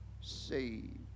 saved